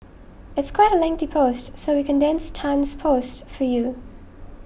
it's quite a lengthy post so we condensed Tan's post for you